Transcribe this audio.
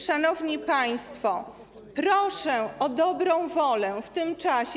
Szanowni państwo, proszę o dobrą wolę w tym czasie.